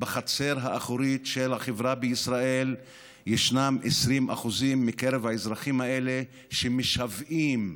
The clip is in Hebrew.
בחצר האחורית של החברה בישראל ישנם 20% מקרב האזרחים האלה שמשוועים,